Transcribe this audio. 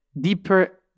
deeper